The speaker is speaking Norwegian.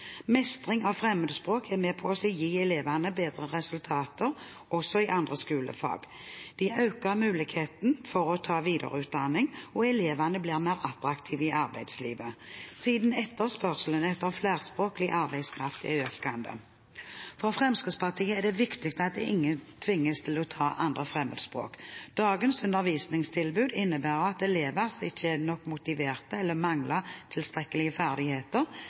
Mestring av fremmedspråk er med på å gi elevene bedre resultater også i andre skolefag, det øker muligheten for å ta videreutdanning, og elevene blir mer attraktive i arbeidslivet, siden etterspørselen etter flerspråklig arbeidskraft er økende. For Fremskrittspartiet er det viktig at ingen tvinges til å ta 2. fremmedspråk. Dagens undervisningstilbud innebærer at elever som ikke er nok motiverte eller mangler tilstrekkelige ferdigheter